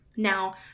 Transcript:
Now